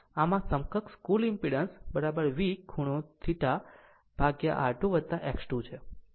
આમ આ સમકક્ષ કુલ ઈમ્પીડન્સ V ખૂણો 0 θ ભાગ્યા R2 X2 છે